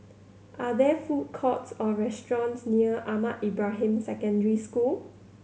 are there food courts or restaurants near Ahmad Ibrahim Secondary School